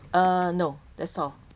uh no that's all